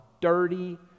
dirty